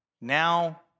now